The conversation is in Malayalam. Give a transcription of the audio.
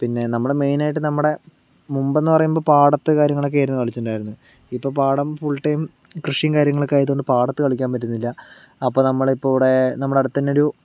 പിന്നെ നമ്മൾ മെയിൻ ആയിട്ട് നമ്മൾടെ മുൻപ്പ് എന്ന് പറയുമ്പോൾ പാടത്ത് കാര്യങ്ങളിലൊക്കെയാണ് കളിച്ചിരുന്നെ ഇപ്പോൾ പാടം ഫുൾ ടൈം കൃഷിയും കാര്യങ്ങളൊക്കെ ആയത് കൊണ്ട് പാടത്ത് കളിക്കാൻ പറ്റുന്നില്ല അപ്പോൾ നമ്മൾ ഇപ്പോൾ ഇവിടെ നമ്മുടെ അടുത്ത് തന്നെ ഒരു